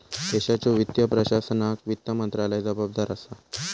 देशाच्यो वित्तीय प्रशासनाक वित्त मंत्रालय जबाबदार असा